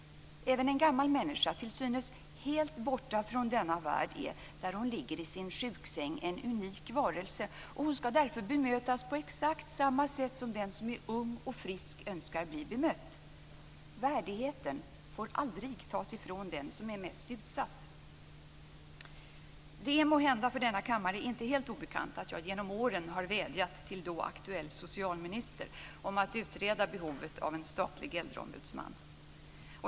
Även en gammal människa till synes helt borta från denna värld är där hon ligger i sin sjuksäng en unik varelse. Hon skall därför bemötas på exakt samma sätt som den som är ung och frisk önskar bli bemött. Värdigheten får aldrig tas ifrån den som är mest utsatt. Det är för denna kammare måhända inte helt obekant att jag genom åren har vädjat till då aktuell socialminister att utreda behovet av en statlig äldreombudsman.